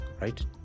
Right